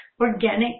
organic